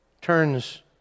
turns